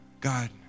God